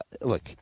look